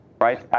right